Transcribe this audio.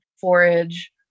forage